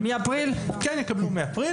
כן הן יקבלו מאפריל,